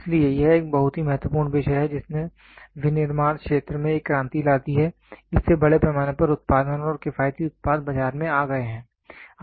इसलिए यह एक बहुत ही महत्वपूर्ण विषय है जिसने विनिर्माण क्षेत्र में एक क्रांति ला दी है इससे बड़े पैमाने पर उत्पादन और किफायती उत्पाद बाजार में आ गए हैं